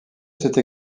cette